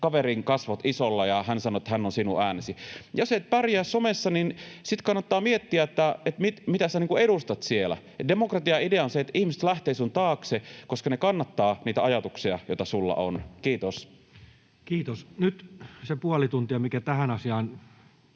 kaverin kasvot isolla, ja hän sanoi, että hän on sinun äänesi. Jos et pärjää somessa, niin sitten kannattaa miettiä, että mitä sinä edustat siellä. Demokratian idea on se, että ihmiset lähtevät sinun taaksesi, koska he kannattavat niitä ajatuksia, joita sinulla on. — Kiitos. [Speech 124] Speaker: Toinen